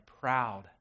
proud